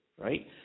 right